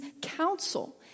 counsel